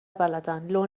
بلدن، لو